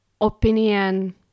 opinion